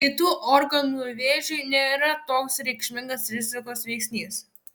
kitų organų vėžiui nėra toks reikšmingas rizikos veiksnys